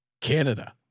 Canada